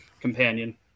companion